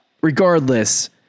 regardless